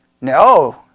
No